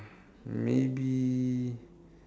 maybe